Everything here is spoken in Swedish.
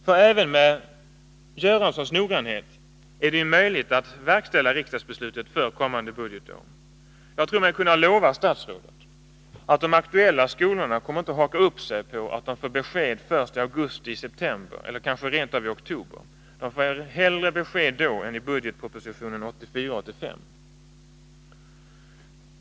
För även med herr Göranssons noggrannhet är det ju möjligt att verkställa riksdagsbeslutet för kommande budgetår. Jag tror mig kunna lova statsrådet att de aktuella skolorna inte kommer att haka upp sig på att de får besked först i augusti-september eller kanske rent av i oktober. De vill hellre få besked då än i budgetpropositionen för 1984/85.